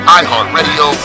iHeartRadio